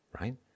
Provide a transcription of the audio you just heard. right